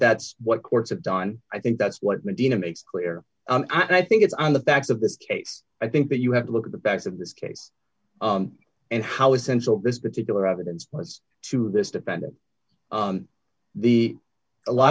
that's what courts have done i think that's what medina makes clear and i think it's on the facts of this case i think that you have to look at the backs of this case and how essential this particular evidence was to this defendant the a lot